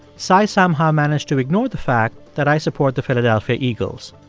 si somehow managed to ignore the fact that i support the philadelphia eagles.